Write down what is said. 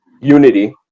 unity